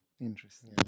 Interesting